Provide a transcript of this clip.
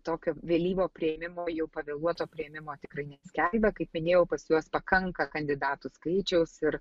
tokio vėlyvo priėmimo jau pavėluoto priėmimo tikrai neskelbia kaip minėjau pas juos pakanka kandidatų skaičiaus ir